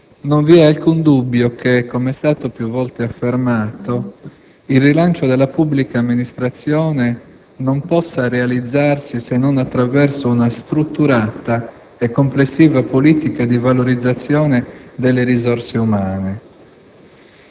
non vi è alcun dubbio che, come è stato più volte affermato, il rilancio della pubblica amministrazione non possa realizzarsi se non attraverso una strutturata e complessiva politica di valorizzazione delle risorse umane.